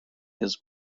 his